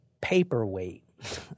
paperweight